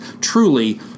truly